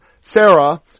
Sarah